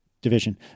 Division